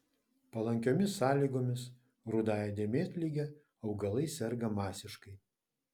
palankiomis sąlygomis rudąja dėmėtlige augalai serga masiškai